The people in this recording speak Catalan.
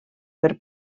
per